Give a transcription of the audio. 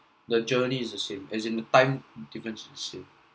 the journey is the same as in the time difference is the same